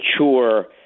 mature